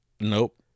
Nope